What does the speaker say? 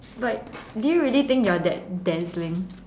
but do you really think that you are that dazzling